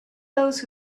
those